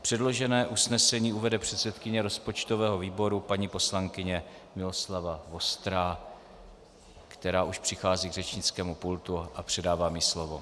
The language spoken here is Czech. Předložené usnesení uvede předsedkyně rozpočtového výboru paní poslankyně Miloslava Vostrá, která už přichází k řečnickému pultu, a předávám ji slovo.